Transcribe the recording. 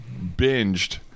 binged